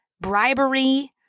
bribery